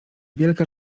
wielka